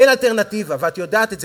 אין אלטרנטיבה, ואת יודעת את זה.